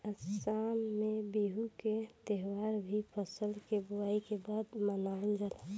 आसाम में बिहू के त्यौहार भी फसल के बोआई के बाद मनावल जाला